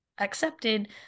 accepted